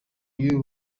y’uyu